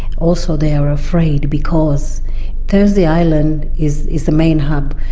also they are afraid because thursday island is is the main hub,